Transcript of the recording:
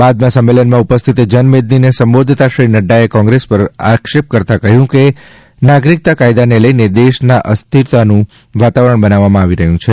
બાદમાં સંમેલનમાં ઉપસ્થિત જનમેદનીને સંબોધતા શ્રી નડ્દાએ કોગ્રેસ પર આક્ષેપ કરતા કહ્યું કે નાગરીકતા કાયદાને લઈને દેશેનાં અસ્થિરતાનું વાતાવરણ બનાવવામાં આવી રહ્યું છે